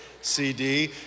CD